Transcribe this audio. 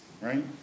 right